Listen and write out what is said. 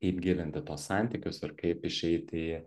kaip gilinti tuos santykius ir kaip išeiti į